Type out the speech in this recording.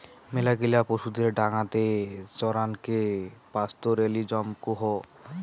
মেলাগিলা পশুদের ডাঙাতে চরানকে পাস্তোরেলিজম কুহ